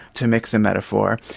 to mix a metaphor,